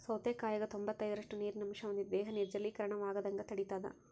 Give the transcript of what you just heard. ಸೌತೆಕಾಯಾಗ ತೊಂಬತ್ತೈದರಷ್ಟು ನೀರಿನ ಅಂಶ ಹೊಂದಿದೆ ದೇಹ ನಿರ್ಜಲೀಕರಣವಾಗದಂಗ ತಡಿತಾದ